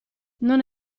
non